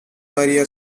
maria